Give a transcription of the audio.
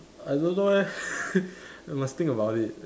I don't know leh I must think about it